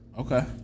Okay